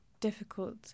difficult